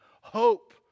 Hope